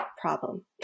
problem